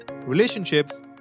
relationships